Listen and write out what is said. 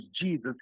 Jesus